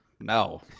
No